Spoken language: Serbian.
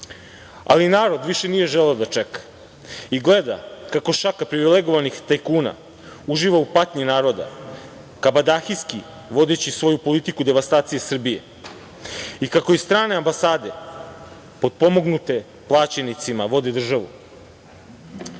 ali narod više nije želeo da čeka i gleda kako šaka privilegovanih tajkuna uživa u patnji naroda, kabadahijski, vodeći svoju politiku devastacije Srbije i kako strane ambasade, potpomognute plaćenicima, vode državu. Zato